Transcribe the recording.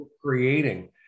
creating